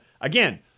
again